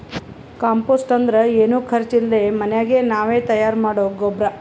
compost ಅಂದ್ರ ಏನು ಖರ್ಚ್ ಇಲ್ದೆ ಮನ್ಯಾಗೆ ನಾವೇ ತಯಾರ್ ಮಾಡೊ ಗೊಬ್ರ